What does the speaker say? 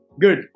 Good